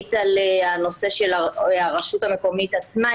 אחראית על הנושא הרשות המקומית עצמה,